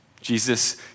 Jesus